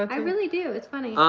i really do, it's funny.